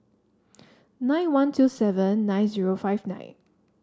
nine one two seven nine zero five nine